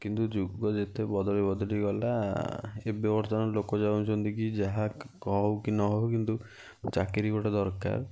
କିନ୍ତୁ ଯୁଗ ଯେତେ ବଦଳି ବଦଳି ଗଲା ଏବେ ବର୍ତ୍ତମାନ ଲୋକ ଚାହୁଁଛନ୍ତି କି ଯାହା ହଉ କି ନ ହଉ କିନ୍ତୁ ଚାକିରି ଗୋଟେ ଦରକାର